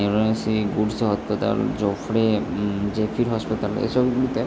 emergency goods ও হতপাতাল জফ্রে জেফির হাসপাতাল এসবগুলিতে